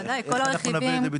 צריך לתת לזה ביטוי.